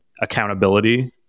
accountability